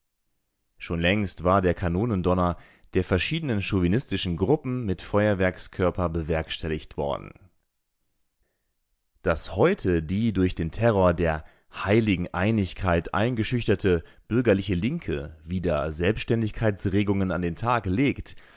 schon längst war der kanonendonner der verschiedenen chauvinistischen gruppen mit feuerwerkskörpern bewerkstelligt worden daß heute die durch den terror der heiligen einigkeit eingeschüchterte bürgerliche linke wieder selbständigkeitsregungen an den tag legt